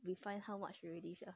we fine how much already sia